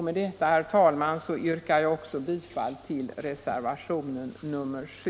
Med detta, herr talman, yrkar jag också bifall till reservation nr 7.